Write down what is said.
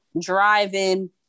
driving